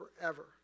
forever